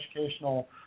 educational